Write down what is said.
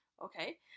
okay